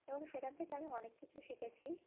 এবং সেখান থেকে আমি অনেক কিছু শিখেছি